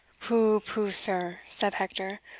pooh! pooh! sir, said hector,